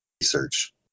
research